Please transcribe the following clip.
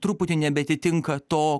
truputį nebeatitinka to